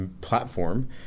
platform